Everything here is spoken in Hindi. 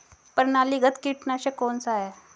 प्रणालीगत कीटनाशक कौन सा है?